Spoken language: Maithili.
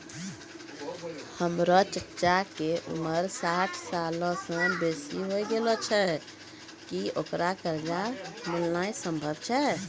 हमरो चच्चा के उमर साठ सालो से बेसी होय गेलो छै, कि ओकरा कर्जा मिलनाय सम्भव छै?